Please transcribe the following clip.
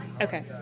Okay